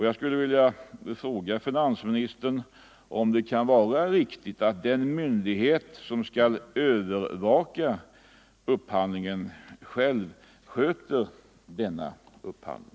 Jag skulle därför vilja fråga finansministern, om det kan vara riktigt att den myndighet som skall övervaka upphandlingen själv sköter denna upphandling.